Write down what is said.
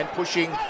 pushing